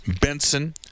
Benson